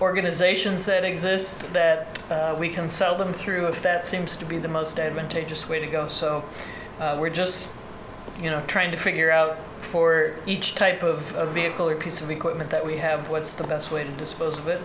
organizations that exist that we can sell them through if that seems to be the most advantageous way to go so we're just you know trying to figure out for each type of vehicle or piece of equipment that we have what's the best way to dispose of it